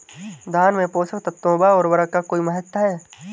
धान में पोषक तत्वों व उर्वरक का कोई महत्व है?